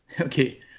Okay